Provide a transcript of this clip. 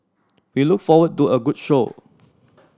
we look forward to a good show